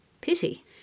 Pity